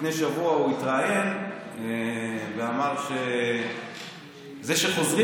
לפני שבוע הוא התראיין ואמר שזה שחוזרים